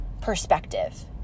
perspective